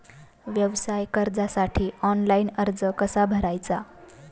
व्यवसाय कर्जासाठी ऑनलाइन अर्ज कसा भरायचा?